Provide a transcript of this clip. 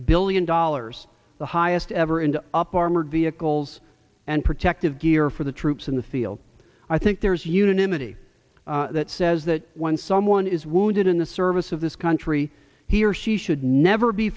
billion dollars the highest ever and up armored vehicles and protective gear for the troops in the field i think there's unanimity that says that when someone is wounded in the service of this country he or she should never be